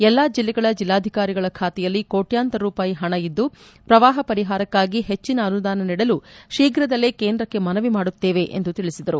ಎಲ್ಲಾ ಜಿಲ್ಲೆಗಳ ಜಿಲ್ಲಾಧಿಕಾರಿಗಳ ಖಾತೆಯಲ್ಲಿ ಕೋಟ್ಯಾಂತರ ರೂಪಾಯಿ ಹಣ ಇದ್ದು ಪ್ರವಾಹ ಪರಿಹಾರಕ್ಕಾಗಿ ಹೆಚ್ಚನ ಅನುದಾನ ನೀಡಲು ಶೀಘದಲ್ಲೇ ಕೇಂದ್ರಕ್ಕೆ ಮನವಿ ಮಾಡುತ್ತೇವೆ ಎಂದು ತಿಳಿಸಿದರು